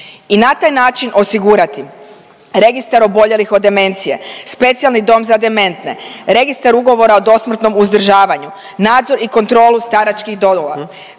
i na taj način osigurati registar oboljelih od demencije, specijalni dom za dementne, registar ugovora o dosmrtnom uzdržavanju, nadzor i kontrolu staračkih domova,